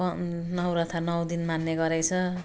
प नवरथा नौ दिन मान्ने गरेको छ